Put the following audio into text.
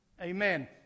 Amen